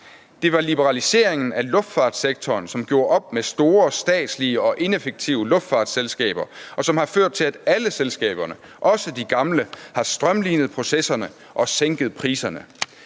Det var liberaliseringen af luftfartssektoren, som gjorde op med store statslige og ineffektive luftfartsselskaber, og som har ført til, at alle selskaberne – også de gamle – har strømlinet processerne og sænket priserne.